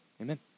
amen